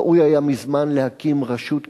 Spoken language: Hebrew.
ראוי היה מזמן להקים רשות כזאת,